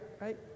right